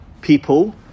people